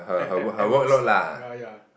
ad~ ad~ admin stuff ya ya